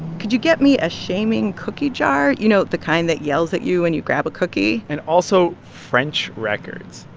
could you get me a shaming cookie jar? you know, the kind that yells at you when and you grab a cookie and also french records.